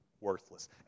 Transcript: worthless